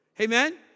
Amen